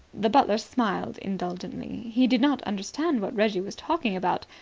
the butler smiled indulgently. he did not understand what reggie was talking about,